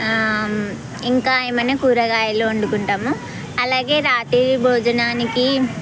ఇంకా ఏమైనా కూరగాయలు వండుకుంటాము అలాగే రాత్రి భోజనానికి